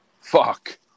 Fuck